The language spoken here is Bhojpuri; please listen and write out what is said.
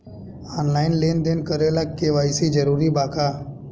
आनलाइन लेन देन करे ला के.वाइ.सी जरूरी बा का?